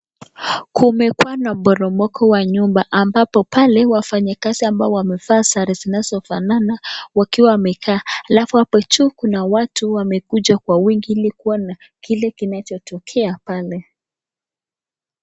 Kumekuwa na mporomoko wa nyumba ambapo pale wafanyikazi ambao wamevaa sare zinazofanana wakiwa wamekaa. Alafu hapo juu kuna watu wamekuja kwa wingi ili waone kinachotokea pale.